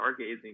stargazing